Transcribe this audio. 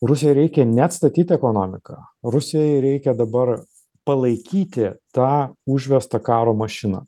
rusijai reikia ne atstatyt ekonomiką rusijai reikia dabar palaikyti tą užvestą karo mašiną